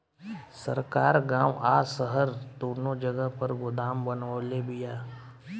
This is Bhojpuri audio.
सरकार गांव आ शहर दूनो जगह पर गोदाम बनवले बिया